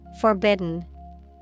Forbidden